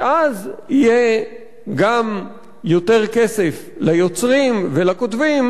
ואז יהיה גם יותר כסף ליוצרים ולכותבים